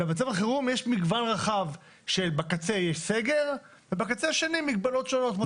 במצב החירום יש מגוון רחב כאשר בקצה יש סגר ובקצה השני מגבלות שונות.